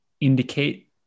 indicate